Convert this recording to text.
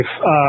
life